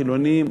חילונים,